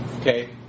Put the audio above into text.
Okay